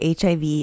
HIV